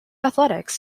athletics